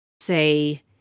say